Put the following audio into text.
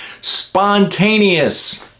spontaneous